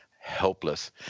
helpless